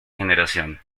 generación